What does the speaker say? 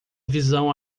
visão